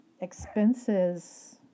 expenses